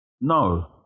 No